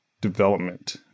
development